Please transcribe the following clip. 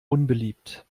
unbeliebt